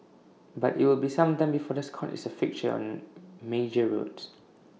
but IT will be some time before the Scot is A fixture on major roads